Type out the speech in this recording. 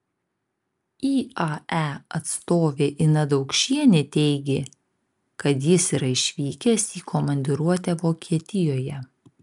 iae atstovė ina daukšienė teigė kad jis yra išvykęs į komandiruotę vokietijoje